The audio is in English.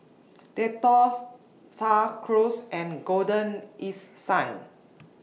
Dettol STAR Cruise and Golden East Sun